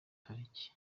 tariki